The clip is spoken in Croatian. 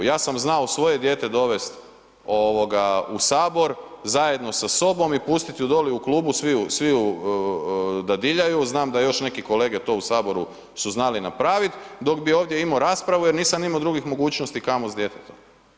Ja sam znao svoje dijete dovest u sabor zajedno sa sobom i pustit ju dolje u klubu, svi ju dadiljaju znam da još neki kolege to u saboru su znali napraviti, dok bi imao raspravu jer nisam imao drugih mogućnosti kamo s djetetom.